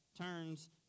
turns